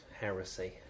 heresy